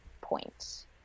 point